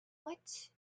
what